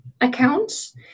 accounts